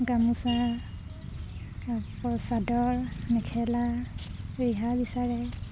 গামোচা তাৰপৰা চাদৰ মেখেলা ৰিহা বিচাৰে